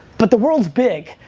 but the world is big,